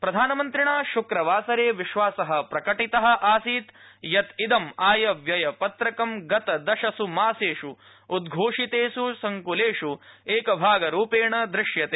प्रधानमन्त्रिणा श्क्रवासरे विश्वास प्रकटित आसीत् यत् इद आयव्यय पत्रकं गत दशस् मासेष् उद्घोषितेष् संक्लेष् एकभागरुपेण दृश्यते